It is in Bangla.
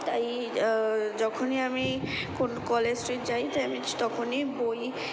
তাই যখনই আমি কোন কলেজ স্ট্রিট যাই তাই আমি চ তখনই বই